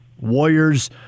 Warriors